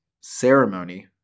ceremony